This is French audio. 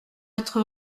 être